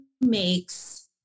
makes